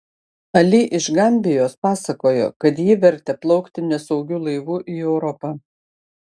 ali iš gambijos pasakojo kad jį vertė plaukti nesaugiu laivu į europą